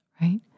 right